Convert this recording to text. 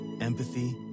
Empathy